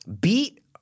beat